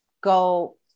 go